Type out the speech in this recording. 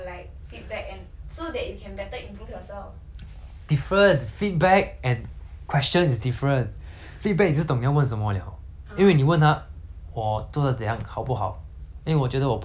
different feedback and question is different feedback 你是懂你要问什么 liao 因为你问他我做到怎样好不好 eh 我觉得我不够好 then then the K I mean for example